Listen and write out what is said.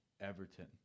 Everton